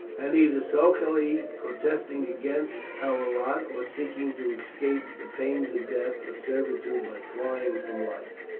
and either sulkily protesting against our lot, or seeking to escape the pains of death or servitude by flying from life.